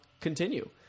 continue